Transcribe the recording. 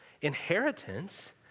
inheritance